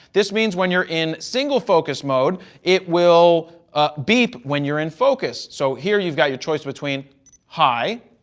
this means when you're in single focus mode, it will beep when you're in focus. so here you've got your choice between high.